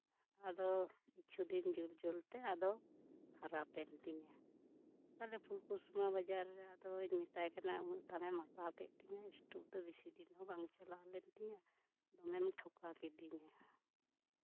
ᱟᱫᱚ ᱠᱤᱪᱷᱩ ᱫᱤᱱ ᱡᱩᱞ ᱡᱩᱞᱛᱮ ᱟᱫᱚ ᱠᱷᱟᱨᱟᱯ ᱮᱱ ᱛᱤᱧᱟ ᱟᱫᱚ ᱛᱟᱦᱚᱞᱮ ᱯᱷᱩᱞᱠᱩᱥᱢᱟᱹ ᱵᱟᱡᱟᱨᱨᱮ ᱟᱫᱚᱧ ᱢᱮᱛᱟᱭ ᱠᱟᱱᱟ ᱩᱱᱟᱹᱜ ᱫᱟᱢᱮᱢ ᱦᱟᱛᱟᱣ ᱠᱮᱜ ᱛᱤᱧᱟᱹ ᱤᱥᱴᱳᱵᱷ ᱫᱚ ᱵᱮᱥᱤ ᱫᱤᱱ ᱦᱚᱸ ᱵᱟᱝ ᱪᱟᱞᱟᱣ ᱞᱮᱱ ᱛᱤᱧᱟᱹ ᱫᱚᱢᱮᱢ ᱴᱷᱚᱠᱟᱣ ᱠᱤᱫᱤᱧᱟᱹ